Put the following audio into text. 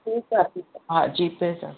ठीक आहे ठीक आहे हा जीपे सां